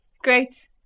Great